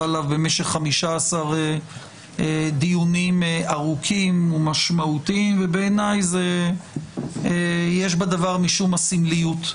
עליו במשך 15 דיונים ארוכים ומשמעותיים ובעיניי יש בדבר משום הסמליות.